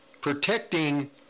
protecting